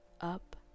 up